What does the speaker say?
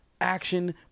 action